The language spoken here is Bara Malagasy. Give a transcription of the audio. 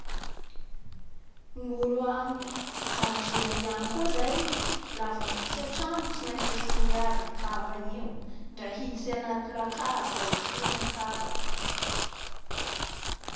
Ny egyptiany zany da olo tia olo izay ny fahafatara azy, da andreo koa ny Islamy izay ny fivavaha amindreo agny.